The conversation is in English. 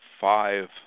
five